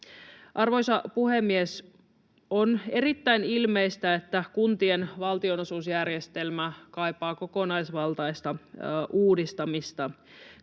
Arvoisa puhemies! On erittäin ilmeistä, että kuntien valtionosuusjärjestelmä kaipaa kokonaisvaltaista uudistamista.